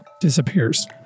disappears